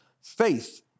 Faith